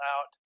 out